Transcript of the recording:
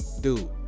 dude